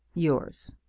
yours.